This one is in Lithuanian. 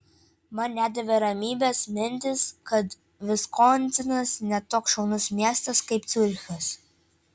man nedavė ramybės mintis kad viskonsinas ne toks šaunus miestas kaip ciurichas